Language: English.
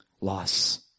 loss